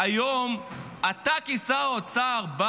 והיום אתה כשר אוצר בא